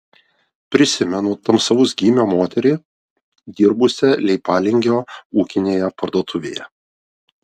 prisimenu tamsaus gymio moterį dirbusią leipalingio ūkinėje parduotuvėje